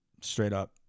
straight-up